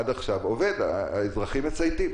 האזרחים מצייתים.